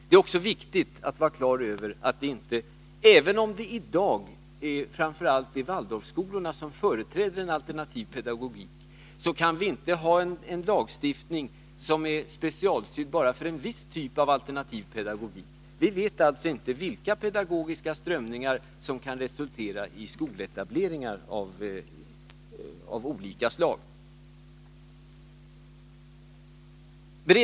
Det är också viktigt att vara på det klara med att vi inte, även om det i dag framför allt är Waldorfskolorna som företräder en alternativ pedagogik, kan ha en lagstiftning som är specialgjord bara för en viss typ av alternativ pedagogik. Vi vet alltså inte vilka pedagogiska strömningar som kan resultera i skoletableringar av olika slag.